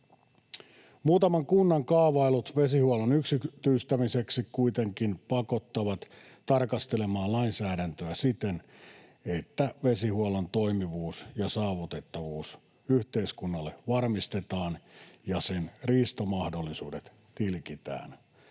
Muutaman kunnan kaavailut vesihuollon yksityistämiseksi kuitenkin pakottavat tarkastelemaan lainsäädäntöä siten, että vesihuollon toimivuus ja saavutettavuus yhteiskunnalle varmistetaan ja sen riistomahdollisuudet tilkitään.